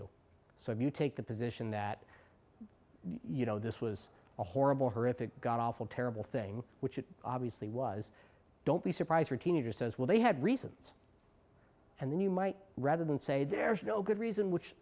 you so if you take the position that you know this was a horrible horrific god awful terrible thing which it obviously was don't be surprised were teenagers as well they had reasons and then you might rather than say there's no good reason